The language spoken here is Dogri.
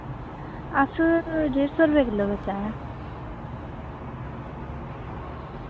अस डेढ़ सौ रपे किल्लो बेचा ने